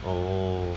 oh